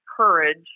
courage